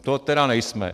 To tedy nejsme!